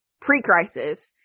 pre-crisis